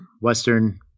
Western